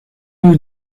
you